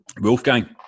Wolfgang